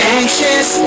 anxious